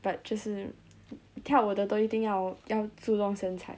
but 就是跳舞的都一定要要注重身材